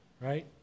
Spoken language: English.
Right